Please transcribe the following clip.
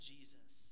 Jesus